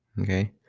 okay